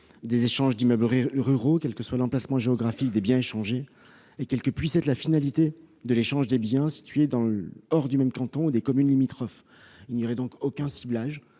des échanges d'immeubles ruraux, quel que soit l'emplacement géographique des biens échangés, et quelle que puisse être la finalité de l'échange des biens situés hors du même canton ou des communes limitrophes. Il n'y aurait donc aucun ciblage,